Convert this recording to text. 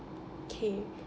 k